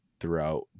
throughout